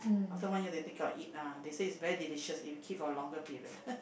after one year then take it out and eat ah they say is very delicious if you keep for a longer period